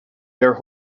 their